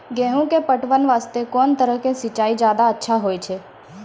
गेहूँ के पटवन वास्ते कोंन तरह के सिंचाई ज्यादा अच्छा होय छै?